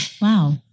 wow